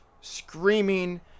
screaming